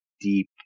deep